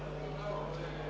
Благодаря,